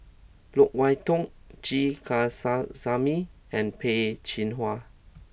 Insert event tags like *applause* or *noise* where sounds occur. Loke Wan Tho G *unintelligible* and Peh Chin Hua